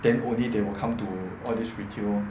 then only they will come to all this retail